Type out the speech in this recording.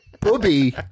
Booby